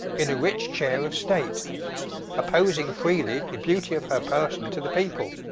in a rich chaire of state opposing freely the beauty of her person to the people.